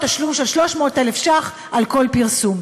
תשלום של 300,000 ש"ח על כל פרסום.